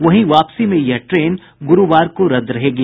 वहीं वापसी में यह ट्रेन गुरूवार को रद्द रहेगी